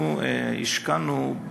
השקענו,